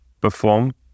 perform